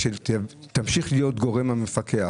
שהיא תמשיך להיות הגורם המפקח,